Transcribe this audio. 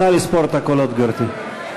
נא לספור את הקולות, גברתי.